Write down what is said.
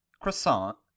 croissant